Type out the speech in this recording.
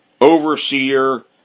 overseer